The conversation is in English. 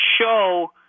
show